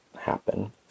happen